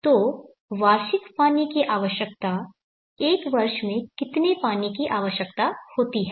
तो वार्षिक पानी की आवश्यकता एक वर्ष में कितने पानी की आवश्यकता होती है